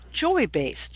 joy-based